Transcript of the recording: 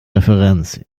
referenz